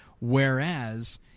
Whereas